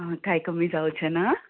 आं कांय कमी जावचें ना